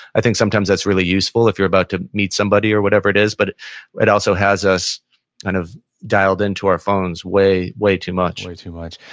i think sometimes that's really useful if you're about to meet somebody or whatever it is, but it also has us kind of dialed into our phones way, way too much way too much.